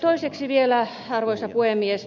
toiseksi vielä arvoisa puhemies